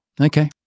Okay